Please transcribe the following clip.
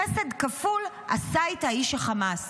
חסד כפול עשה איתה איש החמאס".